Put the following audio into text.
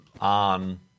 on